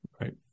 Right